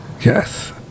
yes